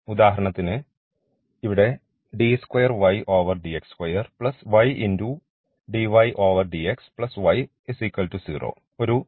ഉദാഹരണത്തിന് ഇവിടെ ഇത് ഒരു സെക്കൻഡ് ഓർഡർ സമവാക്യമാണ്